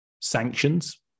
sanctions